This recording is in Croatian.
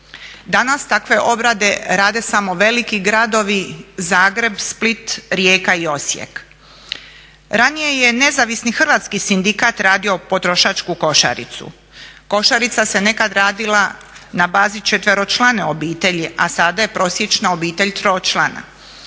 Danas takve obrade rade samo veliki gradovi: Zagreb, Split, Rijeka i Osijek. Ranije je nezavisni hrvatski sindikat radio potrošačku košaricu. Košarica se nekad radila na bazi četveročlane obitelji, a sada je prosječna obitelj tročlana.